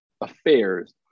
affairs